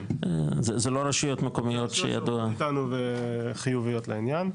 זה לא רשויות מקומיות שידוע- הרשויות המקומיות איתנו חיוביות לעניין.